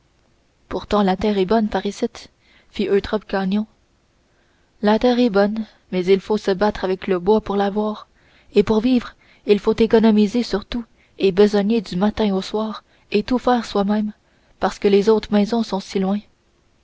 pourtant la terre est bonne par icitte fit eutrope gagnon la terre est bonne mais il faut se battre avec le bois pour l'avoir et pour vivre il faut économiser sur tout et besogner du matin au soir et tout faire soi-même parce que les autres maisons sont si loin